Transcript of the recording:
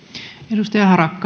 arvoisa puhemies